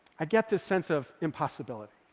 i get this sense of impossibility.